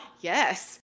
yes